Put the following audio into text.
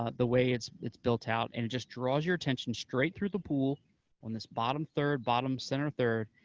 ah the way it's it's built out, and it just draws your attention straight through the pool on this bottom third, bottom center third,